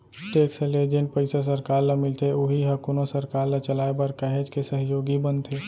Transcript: tax ले जेन पइसा सरकार ल मिलथे उही ह कोनो सरकार ल चलाय बर काहेच के सहयोगी बनथे